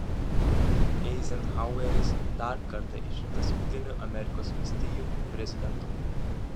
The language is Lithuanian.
eizenhaueris dar kartą išrinktas jungtinių amerikos valstijų prezidentu